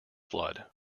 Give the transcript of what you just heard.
flood